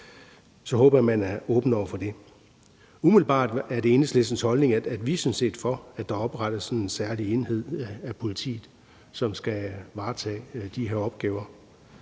så vil man være åben over for det. Umiddelbart er det Enhedslistens holdning, at vi sådan set er for, at der oprettes sådan en særlig enhed af politiet, som skal varetage de her opgaver.